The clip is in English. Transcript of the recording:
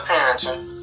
Parenting